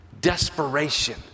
desperation